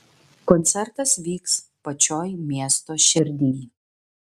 koncertas vyks pačioj miesto šerdyj